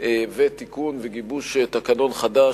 תיקון התקנון וגיבוש תקנון חדש,